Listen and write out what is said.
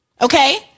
Okay